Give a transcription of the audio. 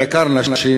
בעיקר של נשים,